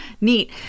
Neat